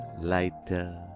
lighter